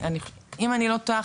אם אני לא טועה,